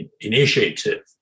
initiative